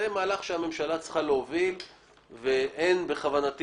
זה מהלך שהממשלה צריכה להוביל ואין בכוונתי